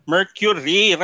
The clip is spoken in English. Mercury